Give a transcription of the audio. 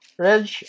Reg